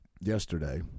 yesterday